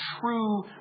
true